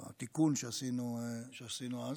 או התיקון שעשינו אז,